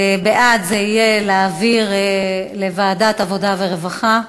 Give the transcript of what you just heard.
בעד זה בעד להעביר לוועדת העבודה והרווחה.